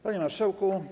Panie Marszałku!